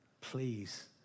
Please